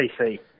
PC